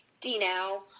D-Now